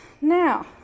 Now